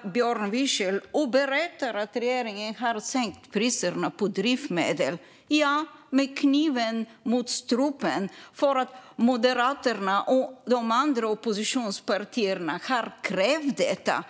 står Björn Wiechel och berättar att regeringen har sänkt priserna på drivmedel. Ja, med kniven mot strupen för att Moderaterna och de andra oppositionspartierna har krävt detta.